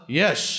yes